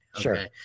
Sure